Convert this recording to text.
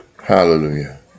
Hallelujah